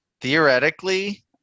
Theoretically